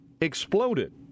exploded